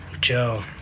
Joe